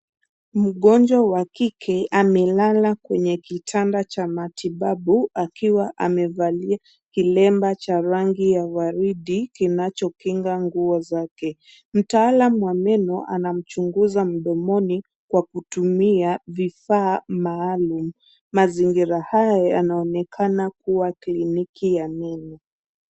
Mgonjwa wa kike amelala kwenye kitanda cha matibabu akiwa amevalia kilemba cha rangi ya waridi kinachopinga nguo zake ,mtaalam wa meno anamchunguza mdomoni kwa kutumia vifaa maalum . Mazingira haya yanaonekana kuwa kliniki ya meno.